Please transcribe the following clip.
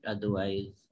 Otherwise